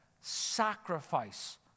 sacrifice